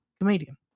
comedian